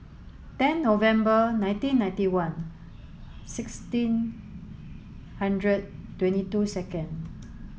ten November nineteen ninety one sixteen hundred twenty two second